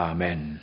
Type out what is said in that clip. Amen